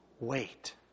Wait